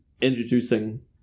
introducing